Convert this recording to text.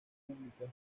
públicas